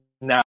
now